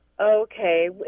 Okay